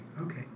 Okay